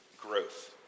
growth